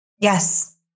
Yes